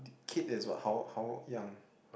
kid is what how how young